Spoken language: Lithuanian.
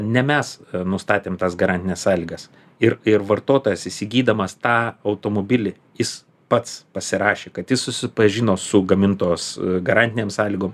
ne mes nustatėm tas garantines sąlygas ir ir vartotojas įsigydamas tą automobilį jis pats pasirašė kad jis susipažino su gamintos garantinėm sąlygom